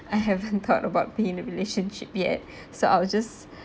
I haven't thought about being in a relationship yet so I'll just